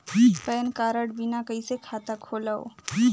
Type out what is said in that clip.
Pan card बिना कइसे खाता खोलव?